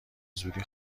زودی